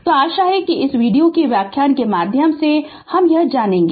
तो आशा है कि इस वीडियो व्याख्यान के माध्यम से हम जानेगे